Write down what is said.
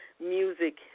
music